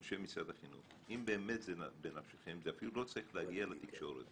אני משרד החינוך, זה אפילו לא צריך להגיע לתקשורת.